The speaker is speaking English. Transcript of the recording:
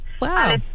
Wow